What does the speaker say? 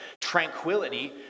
tranquility